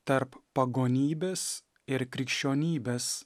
tarp pagonybės ir krikščionybės